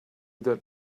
that